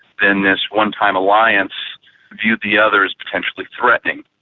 then this one-time alliance viewed the other as potentially threatening.